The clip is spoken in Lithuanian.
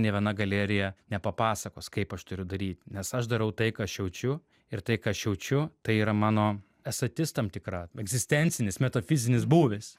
nė viena galerija nepapasakos kaip aš turiu daryt nes aš darau tai ką aš jaučiu ir tai ką aš jaučiu tai yra mano esatis tam tikra egzistencinis metafizinis būvis